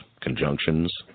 conjunctions